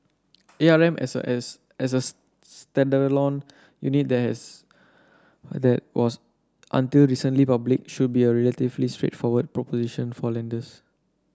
A R M as a as as standalone unit that has that was until recently public should be a relatively straightforward proposition for lenders